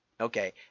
Okay